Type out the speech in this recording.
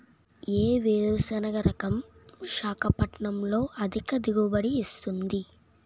ఏ వేరుసెనగ రకం విశాఖపట్నం లో అధిక దిగుబడి ఇస్తుంది?